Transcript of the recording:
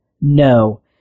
No